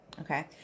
Okay